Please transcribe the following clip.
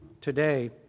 today